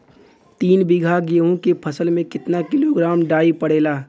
तीन बिघा गेहूँ के फसल मे कितना किलोग्राम डाई पड़ेला?